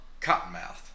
Cottonmouth